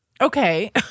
Okay